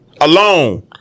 Alone